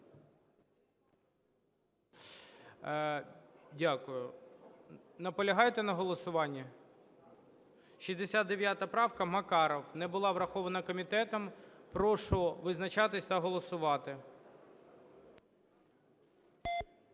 Дякую. Наполягаєте на голосуванні? 69 правка, Макаров. Не була врахована комітетом. Прошу визначатись та голосувати.